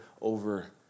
over